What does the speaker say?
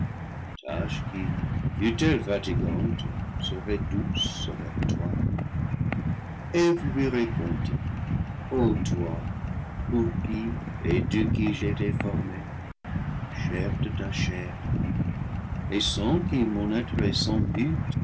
fatigante serait douce avec toi eve lui répondit o toi pour qui et de qui j'ai été formée chair de ta chair et sans qui mon être est sans but